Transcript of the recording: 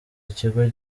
ikigo